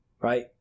right